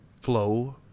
flow